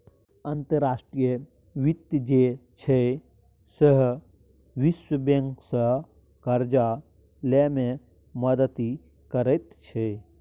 अंतर्राष्ट्रीय वित्त जे छै सैह विश्व बैंकसँ करजा लए मे मदति करैत छै